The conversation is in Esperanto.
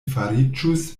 fariĝus